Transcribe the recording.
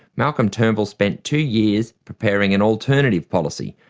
malcolm turnbull spent two years preparing an alternative policy,